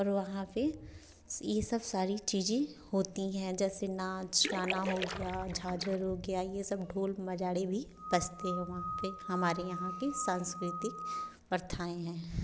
और वहाँ पे ये सब सारी चीज़ें होती हैं जैसे नाच गाना हो गया झांझर हो गया ये सब ढोल नगाड़े भी बजते हैं वहाँ पे हमारे यहाँ की सांस्कृतिक प्रथाएँ हैं